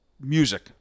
music